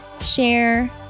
share